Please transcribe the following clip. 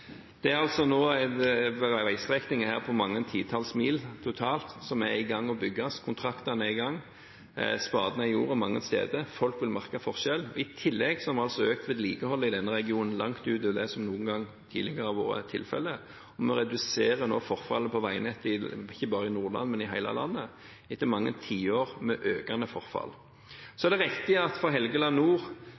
Det er altså nå en veistrekning på mange titalls mil totalt som er i gang med å bygges. Kontraktene er i gang. Spaden er i jorden mange steder, og folk vil merke forskjell. I tillegg har vi altså økt vedlikeholdet i denne regionen langt utover det som noen gang tidligere har vært tilfellet. Vi reduserer nå forfallet på veinettet ikke bare i Nordland, men i hele landet etter mange tiår med økende forfall. Så er det riktig at for Helgeland nord